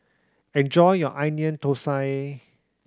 enjoy your Onion Thosai